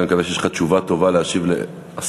אני מקווה שיש לך תשובה טובה להשיב לעשרות